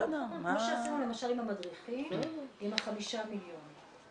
כמו שעשינו למשל עם המדריכים עם ה-5 מיליון,